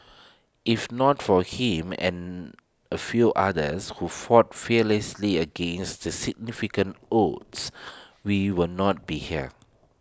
if not for him and A few others who fought fearlessly against the significant odds we will not be here